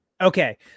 okay